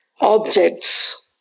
objects